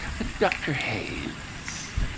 ah dr. hayes,